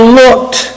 looked